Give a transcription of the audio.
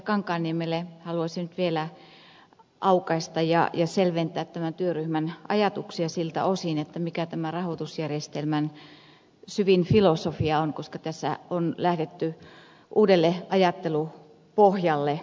kankaanniemelle haluaisin nyt vielä aukaista ja selventää tämän työryhmän ajatuksia siltä osin mikä tämän rahoitusjärjestelmän syvin filosofia on koska tässä on lähdetty uudelle ajattelupohjalle